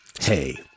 hey